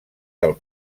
del